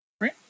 right